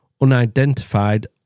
unidentified